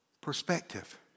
perspective